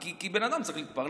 כי בן אדם צריך להתפרנס.